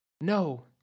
No